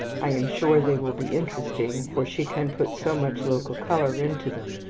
i am sure they will be interesting, for she can put so much local colour into them,